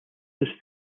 was